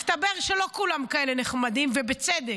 מסתבר שלא כולם כאלה נחמדים, ובצדק.